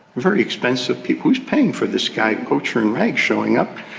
very expensive people. who's paying for this guy? the poacher in rags showing up.